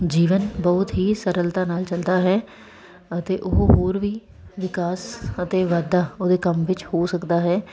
ਜੀਵਨ ਬਹੁਤ ਹੀ ਸਰਲਤਾ ਨਾਲ ਚਲਦਾ ਹੈ ਅਤੇ ਉਹ ਹੋਰ ਵੀ ਵਿਕਾਸ ਅਤੇ ਵਾਧਾ ਉਹਦੇ ਕੰਮ ਵਿੱਚ ਹੋ ਸਕਦਾ ਹੈ